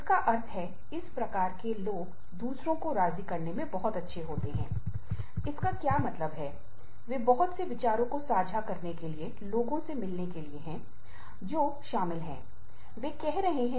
इसका मतलब है कि परिवार का दबाव काम की गतिविधियों में हस्तक्षेप करेगा और काम का दबाव परिवार की गतिविधियों को प्रभावित करेगा